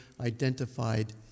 identified